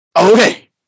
Okay